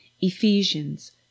Ephesians